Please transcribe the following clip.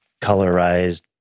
colorized